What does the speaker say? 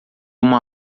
uma